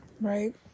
Right